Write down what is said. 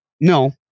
no